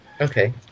Okay